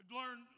learn